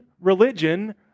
religion